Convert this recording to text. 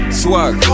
swag